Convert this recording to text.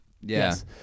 Yes